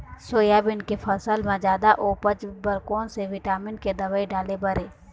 Soybean के फसल म जादा उपज बर कोन से विटामिन के दवई डाले बर ये?